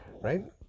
right